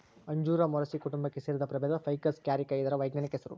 ಅಂಜೂರ ಮೊರಸಿ ಕುಟುಂಬಕ್ಕೆ ಸೇರಿದ ಪ್ರಭೇದ ಫೈಕಸ್ ಕ್ಯಾರಿಕ ಇದರ ವೈಜ್ಞಾನಿಕ ಹೆಸರು